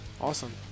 awesome